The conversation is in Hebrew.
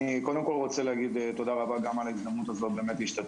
קודם כל אני רוצה להגיד תודה רבה גם על ההזדמנות הזו להשתתף,